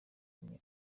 wenyine